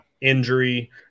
injury